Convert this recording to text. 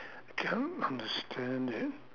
don't understand it